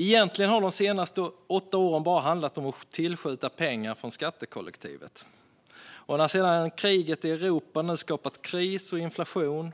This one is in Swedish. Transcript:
Egentligen har de senaste åtta åren bara handlat om att tillskjuta pengar från skattekollektivet, och nu när kriget i Europa har skapat kris och inflation